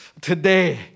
today